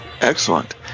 Excellent